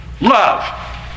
Love